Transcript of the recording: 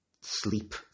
sleep